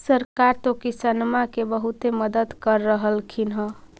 सरकार तो किसानमा के बहुते मदद कर रहल्खिन ह?